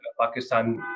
Pakistan